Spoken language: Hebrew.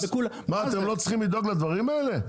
אתם לא צריכים לדאוג לדברים האלה?